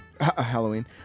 Halloween